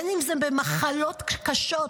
אם זה במחלות קשות,